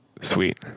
Sweet